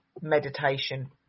meditation